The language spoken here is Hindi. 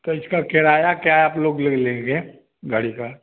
तो इसका किराया क्या आप लोग ले लेंगे गाड़ी का